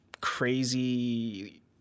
crazy